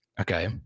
okay